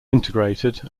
integrated